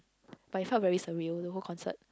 but it felt very surreal the whole concert